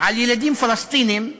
על ילדים פלסטינים מסוימים.